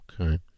Okay